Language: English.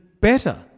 better